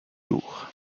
lourd